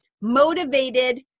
motivated